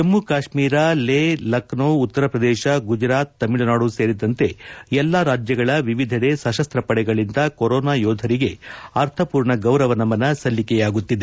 ಜಮ್ಮ ಕಾಶ್ಮೀರ ಲೇ ಲಕ್ನೋ ಉತ್ತರಪ್ರದೇಶ ಗುಜರಾತ್ ತಮಿಳ್ನಾಡು ಸೇರಿದಂತೆ ಎಲ್ಲಾ ರಾಜ್ಜಗಳ ವಿವಿಧೆಡೆ ಸಶಸ್ತ ಪಡೆಗಳಿಂದ ಕೊರೋನಾ ಯೋಧರಿಗೆ ಅರ್ಥಪೂರ್ಣ ಗೌರವ ನಮನ ಸಲ್ಲಿಕೆಯಾಗುತ್ತಿದೆ